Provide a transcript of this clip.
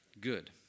Good